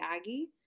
Aggie